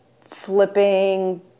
flipping